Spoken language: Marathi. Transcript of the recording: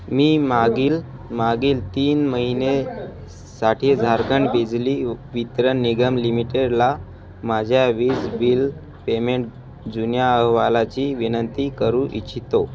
मी मागील मागील तीन महिनेसाठी झारखंड बिजली वितरण निगम लिमिटेडला माझ्या वीज बिल पेमेंट जुन्या अहवालाची विनंती करू इच्छितो